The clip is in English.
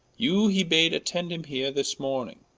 you he bad attend him heere this morning